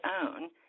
Own